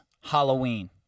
Halloween